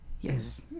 Yes